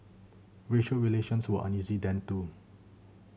racial relations were uneasy then too